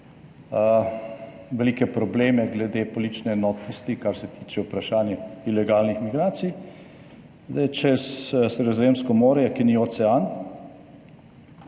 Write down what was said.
velike probleme glede politične enotnosti, kar se tiče vprašanja ilegalnih migracij. Zdaj, čez Sredozemsko morje, ki ni ocean,